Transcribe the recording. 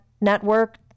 network